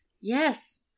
Yes